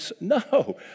no